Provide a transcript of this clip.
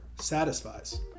satisfies